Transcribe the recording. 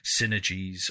synergies